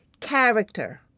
character